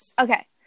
Okay